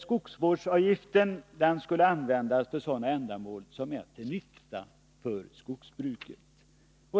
Skogsvårdsavgiften skulle användas till sådana ändamål som var till nytta för skogsbruket.